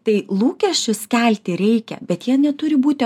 tai lūkesčius kelti reikia bet jie neturi būti